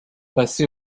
passé